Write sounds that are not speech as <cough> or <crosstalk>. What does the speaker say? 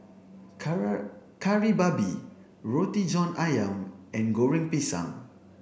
<unintelligible> Kari Babi Roti John Ayam and goreng pisang